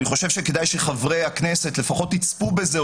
אני חושב שכדאי שחברי הכנסת לפחות יצפו בזה,